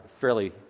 fairly